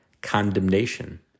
condemnation